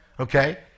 okay